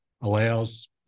allows